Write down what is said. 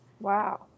Wow